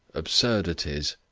absurdities.